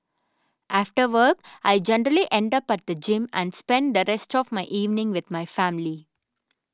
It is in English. after work I generally end up at the gym and spend the rest of my evening with my family